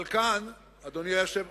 אבל כאן, אדוני היושב-ראש,